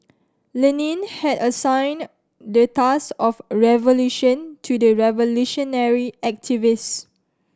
Lenin had assigned the task of revolution to the revolutionary activist